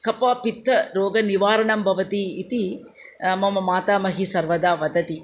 कफपित्तरोगनिवारणं भवति इति मम मातामही सर्वदा वदति